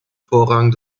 vorrang